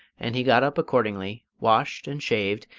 and he got up accordingly, washed and shaved,